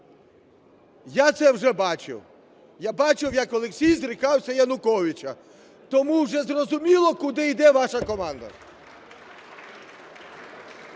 Я це вже бачив, я бачив, як Олексій зрікався Януковича, тому вже зрозуміло, куди йде ваша команда.